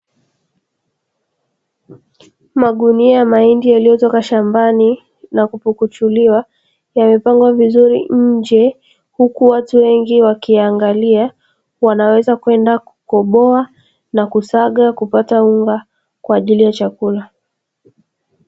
Magunia ya mahindi yaliyotoka shambani na kupukuchuliwa vizuri, nje huku watu wengi wakiangalia wanaweza kwenda, kukoboa na kusaga kupata unga kwa ajili ya chakula.